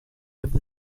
with